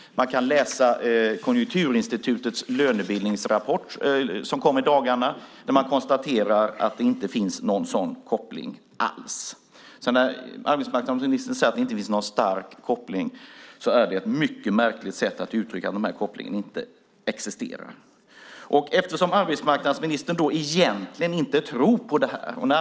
Man kan läsa Konjunkturinstitutets lönebildningsrapport, som kom i dagarna, där det konstateras att det inte finns någon sådan koppling alls. När arbetsmarknadsministern säger att det inte finns någon stark koppling är det ett mycket märkligt sätt att uttrycka att kopplingen inte existerar. Arbetsmarknadsministern tror egentligen inte på en differentiering.